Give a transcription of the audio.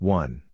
one